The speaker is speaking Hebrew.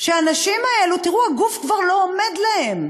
שהאנשים האלו, תראו, הגוף כבר לא עומד להם.